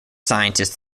scientist